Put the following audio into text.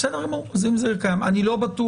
בסדר גמור, אז אם זה קיים אני לא בטוח